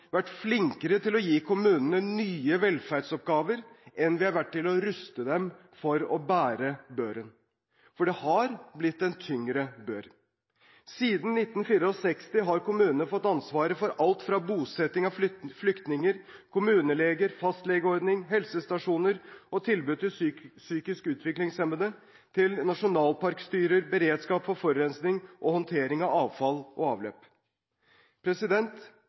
vært flinkere til å gi kommunene nye velferdsoppgaver enn til å ruste dem for å bære børen – for det har blitt en tyngre bør. Siden 1964 har kommunene fått ansvaret for alt fra bosetting av flyktninger, kommuneleger, fastlegeordning, helsestasjoner og tilbud til psykisk utviklingshemmede til nasjonalparkstyrer, beredskap mot forurensning og håndtering av avfall og avløp.